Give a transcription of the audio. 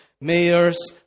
mayors